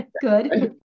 good